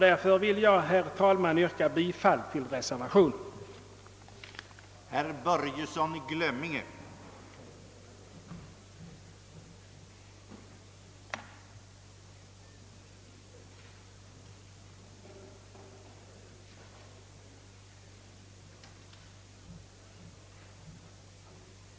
Därför vill jag, herr talman, yrka bifall till reservationen nr 1 av herrar Åkerlund m.fl.